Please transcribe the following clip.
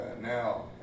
now